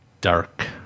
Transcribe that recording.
dark